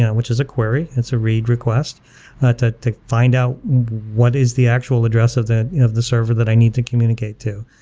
yeah which is a query. it's a read request to to find out what is the actual address of the of the server that i need to communicate to.